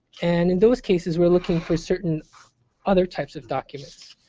and in those cases we're looking for certain other types of documents.